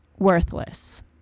worthless